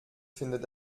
findet